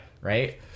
right